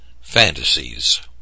Fantasies